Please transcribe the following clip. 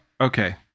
okay